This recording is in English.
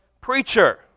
preacher